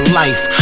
life